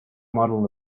model